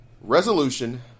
resolution